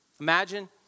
Imagine